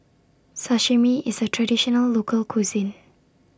Sashimi IS A Traditional Local Cuisine